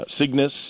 Cygnus